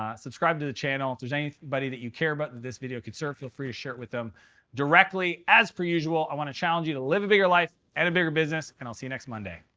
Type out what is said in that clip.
ah subscribe to the channel. if there's anybody that you care about that this video could serve, feel free to share with them directly. as per usual, i want to challenge you to live a bigger life and a bigger business, and i'll see you next monday.